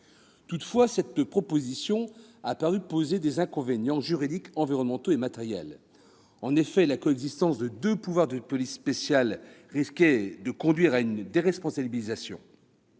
Toutefois, cette proposition a paru poser des inconvénients juridiques, environnementaux et matériels. En effet, la coexistence de deux pouvoirs de police spéciale risquait de conduire à une déresponsabilisation.